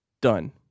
done